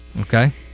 okay